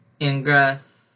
Ingress